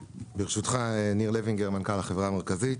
ברשותך, ניר לוינגר מנכ"ל החברה המרכזית.